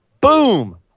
boom